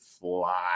fly